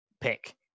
pick